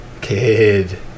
Kid